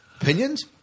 Opinions